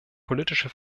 politische